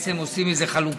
בעצם עושים מזה חלוקה.